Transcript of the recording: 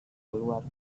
keluar